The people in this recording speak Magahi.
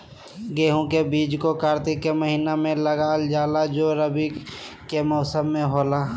गेहूं का बीज को कार्तिक के महीना में लगा जाला जो रवि के मौसम में होला